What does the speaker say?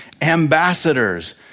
ambassadors